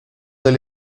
del